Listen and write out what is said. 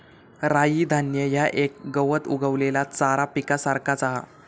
राई धान्य ह्या एक गवत उगवलेल्या चारा पिकासारख्याच हा